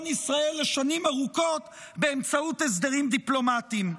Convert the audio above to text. ישראל לשנים ארוכות באמצעות הסדרים דיפלומטיים.